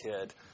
kid